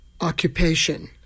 occupation